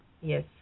Yes